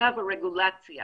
בחקיקה ורגולציה